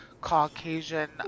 Caucasian